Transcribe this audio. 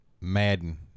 Madden